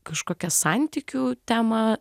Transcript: kažkokią santykių temą